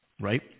Right